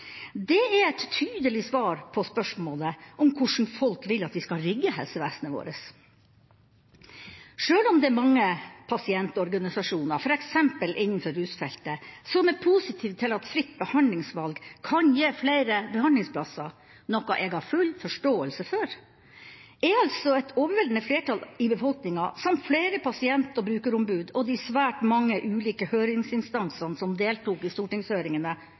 Det er et tydelig svar på spørsmålet om hvordan folk vil at vi skal rigge helsevesenet vårt. Sjøl om det er mange pasientorganisasjoner, f.eks. innenfor rusfeltet, som er positive til at fritt behandlingsvalg kan gi flere behandlingsplasser – noe jeg har full forståelse for – er altså et overveldende flertall i befolkninga samt flere pasient- og brukerombud og de svært mange ulike høringsinstansene som deltok i stortingshøringene,